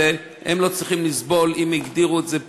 הם לא צריכים לסבול אם הגדירו את זה כהבראה.